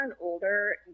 older